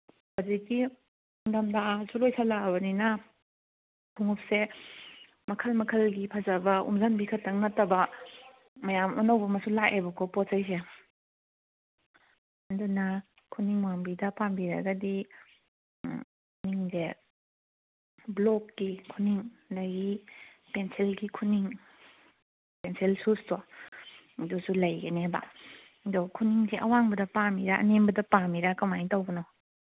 ꯍꯧꯖꯤꯛꯀꯤ ꯅꯤꯡꯗꯝꯗꯥꯁꯨ ꯂꯣꯏꯁꯤꯜꯂꯛꯑꯕꯅꯤꯅ ꯈꯣꯡꯎꯞꯁꯦ ꯃꯈꯜ ꯃꯈꯜꯒꯤ ꯐꯖꯕ ꯎꯞꯖꯟꯕꯤ ꯈꯛꯇꯪ ꯅꯠꯇꯕ ꯃꯌꯥꯝ ꯑꯅꯧꯕ ꯑꯃꯁꯨ ꯂꯥꯛꯑꯦꯕꯀꯣ ꯄꯣꯠ ꯆꯩꯁꯦ ꯑꯗꯨꯅ ꯈꯨꯅꯤꯡ ꯋꯥꯡꯕꯤꯗ ꯄꯥꯝꯕꯤꯔꯒꯗꯤ ꯈꯨꯅꯤꯡꯁꯦ ꯕ꯭ꯂꯣꯛꯀꯤ ꯈꯨꯅꯤꯡ ꯂꯩ ꯄꯦꯟꯁꯤꯟꯒꯤ ꯈꯨꯅꯤꯡ ꯄꯦꯟꯁꯤꯜ ꯁꯨꯁꯇꯣ ꯑꯗꯨꯁꯨ ꯂꯩꯒꯅꯤꯕ ꯑꯗꯣ ꯈꯨꯅꯤꯡꯁꯦ ꯑꯋꯥꯡꯕꯤꯗ ꯄꯥꯝꯃꯤꯔꯥ ꯑꯅꯦꯝꯕꯗ ꯄꯥꯝꯃꯤꯔꯥ ꯀꯃꯥꯏꯅ ꯇꯧꯕꯅꯣ